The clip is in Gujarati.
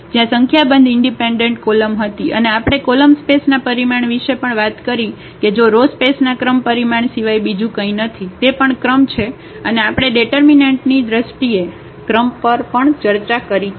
જ્યાં સંખ્યાબંધ ઇન્ડિપેન્ડન્ટ કોલમ હતી અને આપણે કોલમ સ્પેસના પરિમાણ વિશે પણ વાત કરી કે જે રો સ્પેસ ના ક્રમ પરિમાણ સિવાય બીજું કંઈ નથી તે પણ ક્રમ છે અને આપણે ડેટર્મિનન્ટની દ્રષ્ટિએ ક્રમ પર પણ ચર્ચા કરી છે